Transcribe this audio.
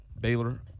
Baylor